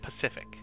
Pacific